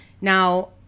now